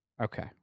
Okay